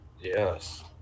Yes